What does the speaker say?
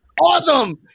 Awesome